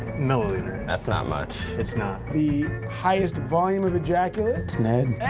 millileters. that's not much. it's not. the highest volume of ejaculate ned.